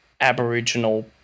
Aboriginal